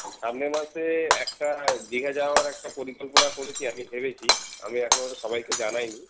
সামনের মাসে একটা দীঘা যাওয়ার একটা পরিকল্পনা করেছি আমি ভেবেছি আমি এখনও সবাইকে জানাইনি